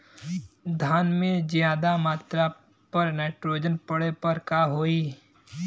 धान में ज्यादा मात्रा पर नाइट्रोजन पड़े पर का होई?